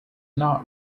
not